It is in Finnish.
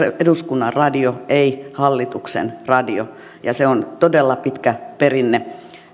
eduskunnan radio ei hallituksen radio ja se on todella pitkä perinne